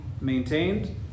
maintained